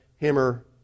hammer